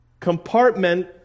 compartment